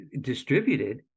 distributed